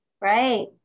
Right